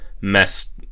messed